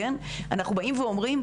אנחנו באים ואומרים,